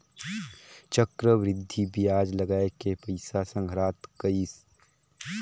चक्रबृद्धि बियाज लगाय के पइसा संघरात गइस